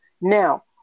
Now